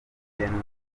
muvuduko